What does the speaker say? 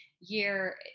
year